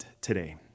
today